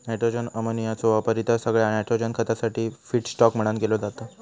nitrogen अमोनियाचो वापर इतर सगळ्या नायट्रोजन खतासाठी फीडस्टॉक म्हणान केलो जाता